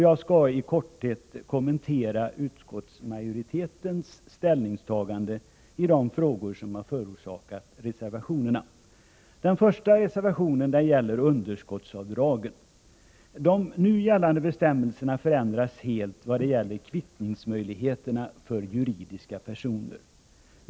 Jag skall i korthet kommentera utskottsmajoritetens ställningstagande i de frågor som har förorsakat reservationerna. De nu gällande bestämmelserna förändras helt när det gäller kvittningsmöjligheterna för juridiska personer.